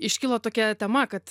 iškilo tokia tema kad